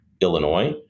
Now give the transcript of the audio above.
illinois